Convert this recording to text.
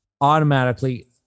automatically